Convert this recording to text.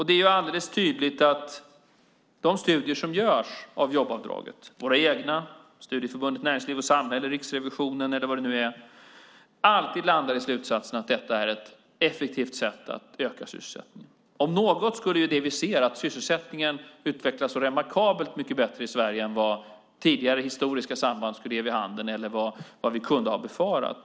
Det är alldeles tydligt att de studier som görs av jobbavdraget - våra egna, Studieförbundet Näringsliv och Samhälles, Riksrevisionens eller vad det nu är - alltid landar i slutsatsen att detta är ett effektivt sätt att öka sysselsättningen. Vi ser att sysselsättningen utvecklas remarkabelt mycket bättre i Sverige än vad tidigare historiska samband ger vid handen eller vad vi kunde ha befarat.